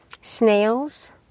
snails